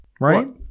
Right